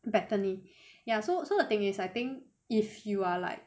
bethany ya so so the thing is I think if you are like